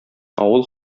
авыл